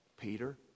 Peter